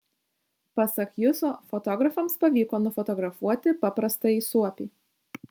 pasak juso fotografams pavyko nufotografuoti paprastąjį suopį